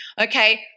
Okay